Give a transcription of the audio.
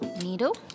Needle